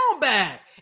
back